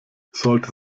sollte